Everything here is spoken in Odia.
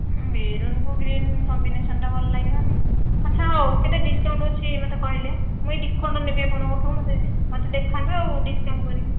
ମେରୁନ୍କୁ ଗ୍ରିନ୍ କମ୍ବିନେସନ୍ଟା ଭଲ ଲାଗିବନି ଆଚ୍ଛା ହଉ କେତେ ଡିସ୍କାଉଣ୍ଟ୍ ଅଛି ମୋତେ କହିଲେ ମୁଁ ଏହି ଦୁଇ ଖଣ୍ଡ ନେବି ଆପଣଙ୍କଠୁ ମୋତେ ଦେଖାନ୍ତୁ ଆଉ ଡିସ୍କାଉଣ୍ଟ୍ କରିବେ